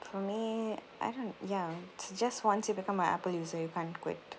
for me I don't ya just once you become a apple user you can't quit